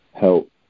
help